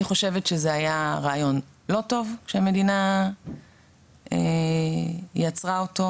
אני חושבת שזה היה רעיון לא טוב כשהמדינה יצרה אותו,